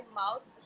mouth